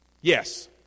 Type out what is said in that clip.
Yes